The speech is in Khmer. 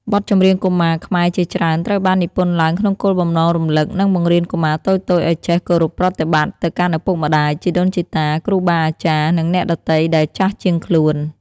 បទចម្រៀងកុមារខ្មែរជាច្រើនត្រូវបាននិពន្ធឡើងក្នុងគោលបំណងរំលឹក និងបង្រៀនកុមារតូចៗឲ្យចេះ គោរពប្រតិបត្តិ ទៅកាន់ឪពុកម្ដាយ ជីដូនជីតា គ្រូបាអាចារ្យ និងអ្នកដទៃដែលចាស់ជាងខ្លួន។